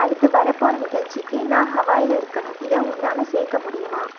அடுத்து வரப்போகிற நிகழ்ச்சிக்கு நான் ஹவாயில் இருக்கணும் இதை உன்னால் சேர்க்க முடியுமா